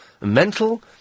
Mental